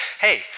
Hey